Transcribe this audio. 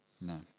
No